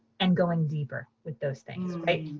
and going deeper with those things. right?